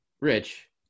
Rich